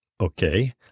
Okay